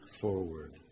forward